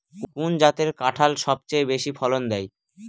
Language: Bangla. কোন জাতের কাঁঠাল সবচেয়ে বেশি ফলন দেয়?